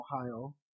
Ohio